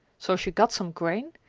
so she got some grain,